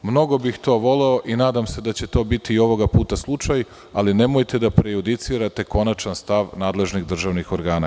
Mnogo bih to voleo i nadam se da će to biti i ovoga puta slučaj, ali nemojte da prejudicirate konačan stav nadležnih državnih organa.